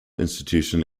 institution